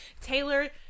Taylor